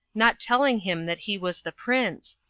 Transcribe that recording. not telling him that he was the prince,